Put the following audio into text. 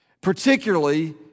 particularly